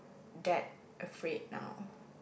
that afraid now